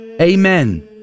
Amen